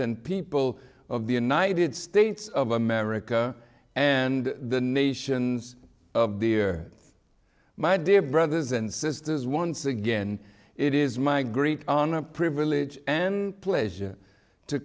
and people of the united states of america and the nations of the year my dear brothers and sisters once again it is my great privilege and pleasure to